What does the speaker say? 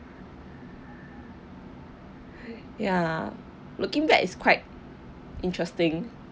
ya looking back it's quite interesting